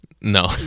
No